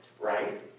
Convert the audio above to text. right